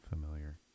familiar